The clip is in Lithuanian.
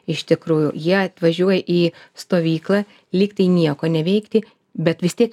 iš tikrųjų jie atvažiuoja į stovyklą lygtai nieko neveikti bet vis tiek